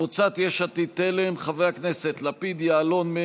קבוצת סיעת יש עתיד-תל"ם: חברי הכנסת יאיר לפיד,